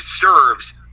deserves